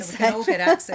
Okay